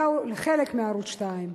לחלק מערוץ-2,